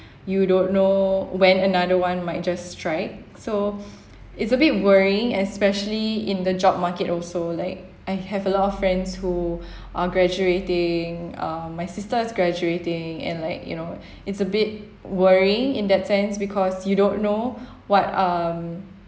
you don't know when another one might just strike so it's a bit worrying especially in the job market also like I have a lot of friends who are graduating um my sister is graduating and like you know it's a bit worrying in that sense because you don't know what um